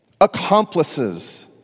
accomplices